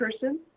person